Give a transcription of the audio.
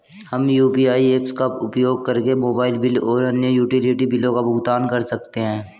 हम UPI apps का उपयोग करके मोबाइल बिल और अन्य यूटिलिटी बिलों का भुगतान कर सकते हैं